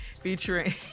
featuring